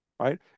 right